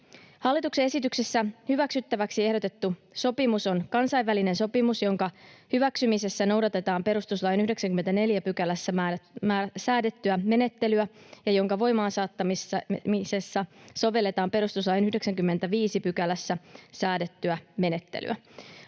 Hallituksen esityksessä hyväksyttäväksi ehdotettu sopimus on kansainvälinen sopimus, jonka hyväksymisessä noudatetaan perustuslain 94 §:ssä säädettyä menettelyä ja jonka voimaan saattamisessa sovelletaan perustuslain 95 §:ssä säädettyä menettelyä.